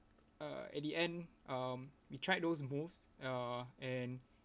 uh at the end um we tried those moves uh and